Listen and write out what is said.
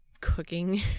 cooking